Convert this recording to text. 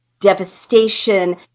devastation